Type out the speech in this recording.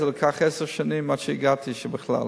זה לקח עשר שנים עד שבכלל הגעתי,